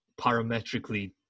parametrically